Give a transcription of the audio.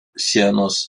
sienos